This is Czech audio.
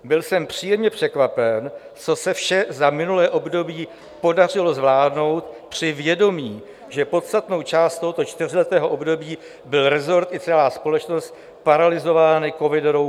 Byl jsem příjemně překvapen, co se vše za minulé období podařilo zvládnout při vědomí, že podstatnou část tohoto čtyřletého období byly resort i celá společnost paralyzovány covidovou pandemií.